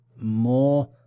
more